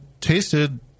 tasted